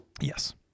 Yes